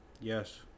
yes